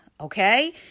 Okay